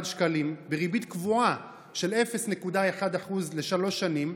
שקלים בריבית קבועה של 0.1% לשלוש שנים,